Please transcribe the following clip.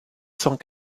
cent